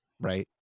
Right